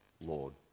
Lord